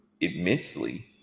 immensely